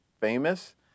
famous